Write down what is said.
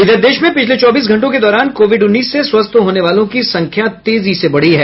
इधर देश में पिछले चौबीस घंटों के दौरान कोविड उन्नीस से स्वस्थ होने वालों की संख्या तेजी से बढ़ी है